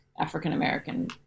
African-American